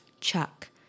Chuck